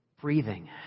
breathing